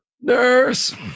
nurse